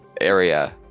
area